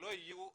שלא יהיו הפקר,